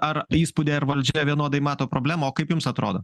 ar įspūdį ar valdžia vienodai mato problemą o kaip jums atrodo